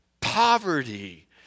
poverty